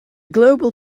global